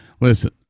Listen